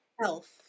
health